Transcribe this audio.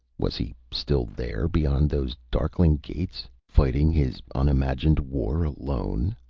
was he still there beyond those darkling gates, fighting his unimagined war, alone?